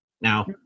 Now